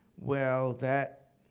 well, that